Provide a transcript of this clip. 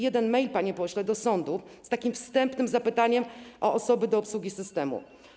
Jeden mail, panie pośle, do sądów z takim wstępnym zapytaniem o osoby do obsługi systemu.